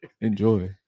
enjoy